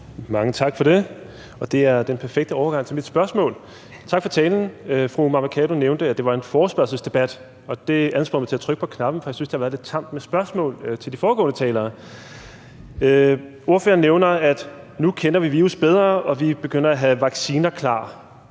Mange tak for det. Det er den perfekte overgang til mit spørgsmål. Tak for talen. Fru Mai Mercado nævnte, at det var en forespørgselsdebat, og det ansporede mig til at trykke på knappen, for jeg synes, at det har været lidt tamt med spørgsmål til de foregående talere. Ordføreren nævner, at nu kender vi virus bedre, og at vi begynder at have vacciner klar